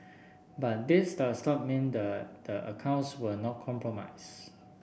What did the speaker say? but this does not mean the the accounts were not compromised